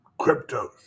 cryptos